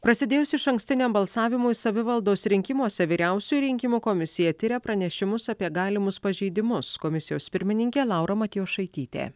prasidėjus išankstiniam balsavimui savivaldos rinkimuose vyriausioji rinkimų komisija tiria pranešimus apie galimus pažeidimus komisijos pirmininkė laura matjošaitytė